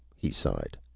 he sighed.